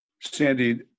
Sandy